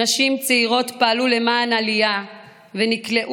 נשים צעירות פעלו למען עלייה ונכלאו,